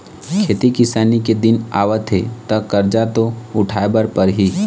खेती किसानी के दिन आवत हे त करजा तो उठाए बर परही